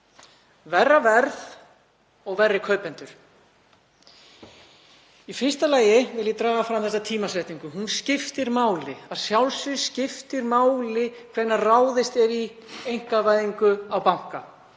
verra verð og verri kaupendur. Í fyrsta lagi vil ég draga fram tímasetninguna. Hún skiptir máli. Að sjálfsögðu skiptir máli hvenær ráðist er í einkavæðingu á banka.